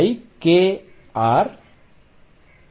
r VL3